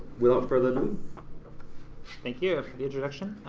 without further thank you for the introduction